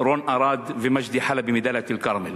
רון ארד ומג'די חלבי מדאלית-אל-כרמל.